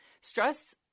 stress